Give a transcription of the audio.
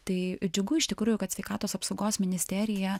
tai džiugu iš tikrųjų kad sveikatos apsaugos ministerija